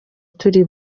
turi